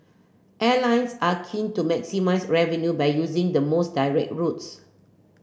airlines are keen to maximise revenue by using the most direct routes